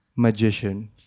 Magician